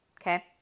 Okay